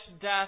death